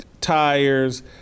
tires